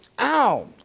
Ow